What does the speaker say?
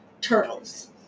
turtles